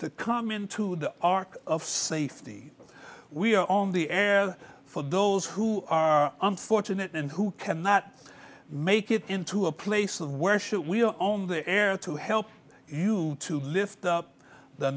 to come into the ark of safety we are on the air for those who are unfortunate and who cannot make it into a place of worship we are only the air to help you to lift up the